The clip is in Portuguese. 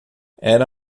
era